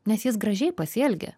nes jis gražiai pasielgė